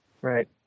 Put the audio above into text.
Right